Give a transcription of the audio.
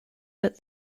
but